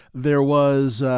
there was,